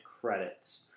credits